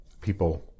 people